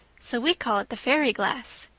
so we call it the fairy glass.